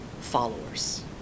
followers